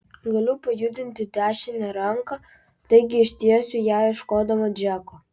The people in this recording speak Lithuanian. galiu pajudinti dešinę ranką taigi ištiesiu ją ieškodama džeko